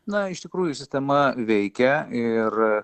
na iš tikrųjų sistema veikia ir